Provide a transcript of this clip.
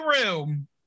Room